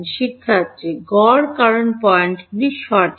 শিক্ষার্থী গড় কারণ পয়েন্টগুলি সঠিক